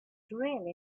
really